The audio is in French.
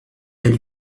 elle